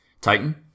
Titan